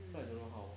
so I don't know how